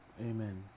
Amen